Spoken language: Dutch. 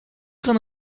kan